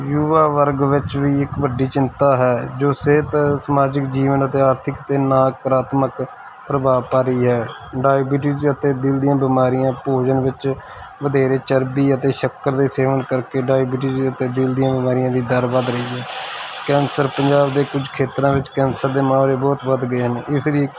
ਯੂਵਾ ਵਰਗ ਵਿੱਚ ਵੀ ਇੱਕ ਵੱਡੀ ਚਿੰਤਾ ਹੈ ਜੋ ਸਿਹਤ ਸਮਾਜਿਕ ਜੀਵਨ ਅਤੇ ਆਰਥਿਕ ਅਤੇ ਨਾਕਰਾਤਮਕ ਪ੍ਰਭਾਵ ਪਾ ਰਹੀ ਹੈ ਡਾਈਬਿਟੀਜ ਅਤੇ ਦਿਲ ਦੀਆਂ ਬਿਮਾਰੀਆਂ ਭੋਜਨ ਵਿੱਚ ਵਧੇਰੇ ਚਰਬੀ ਅਤੇ ਸ਼ੱਕਰ ਦੇ ਸੇਵਨ ਕਰਕੇ ਡਾਈਬਿਟੀਜ ਅਤੇ ਦਿਲ ਦੀਆਂ ਬਿਮਾਰੀਆਂ ਦੀ ਦਰ ਵੱਧ ਰਹੀ ਹੈ ਕੈਂਸਰ ਪੰਜਾਬ ਦੇ ਕੁਝ ਖੇਤਰਾਂ ਵਿੱਚ ਕੈਂਸਰ ਦੇ ਮਾਮਲੇ ਬਹੁਤ ਵੱਧ ਗਏ ਹਨ ਇਸ ਲਈ